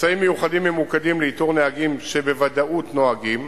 מבצעים מיוחדים ממוקדים לאיתור נהגים שבוודאות נוהגים.